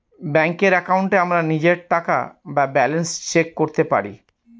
ব্যাঙ্কের একাউন্টে আমরা নিজের টাকা বা ব্যালান্স চেক করতে পারি